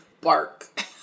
bark